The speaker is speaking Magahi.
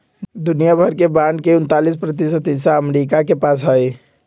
दुनिया भर के बांड के उन्तालीस प्रतिशत हिस्सा अमरीका के पास हई